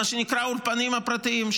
האולפנים הפרטיים,